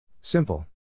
Simple